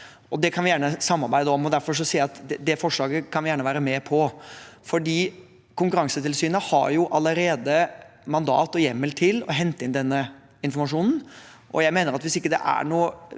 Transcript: det kan vi gjerne samarbeide om. Derfor sier jeg at det forslaget kan jeg gjerne være med på, for Konkurransetilsynet har allerede mandat og hjemmel til å hente inn denne informasjonen.